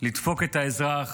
לדפוק את האזרח,